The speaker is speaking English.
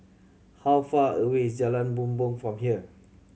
how far away is Jalan Bumbong from here